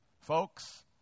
Folks